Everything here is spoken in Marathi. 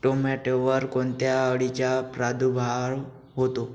टोमॅटोवर कोणत्या अळीचा प्रादुर्भाव होतो?